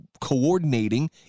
coordinating